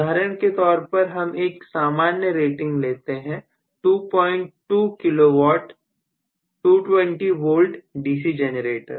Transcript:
उदाहरण के तौर पर हम एक सामान्य रेटिंग लेते हैं22 kW 220 V DC जनरेटर